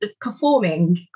performing